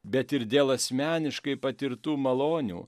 bet ir dėl asmeniškai patirtų malonių